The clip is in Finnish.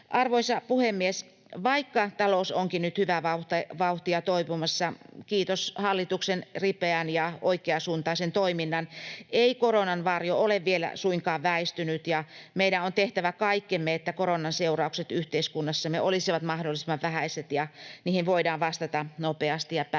Arvoisa puhemies! Vaikka talous onkin nyt hyvää vauhtia toipumassa — kiitos hallituksen ripeän ja oikeasuuntaisen toiminnan — ei koronan varjo ole vielä suinkaan väistynyt. Meidän on tehtävä kaikkemme, että koronan seuraukset yhteiskunnassamme olisivat mahdollisimman vähäiset ja niihin voidaan vastata nopeasti ja päättäväisesti.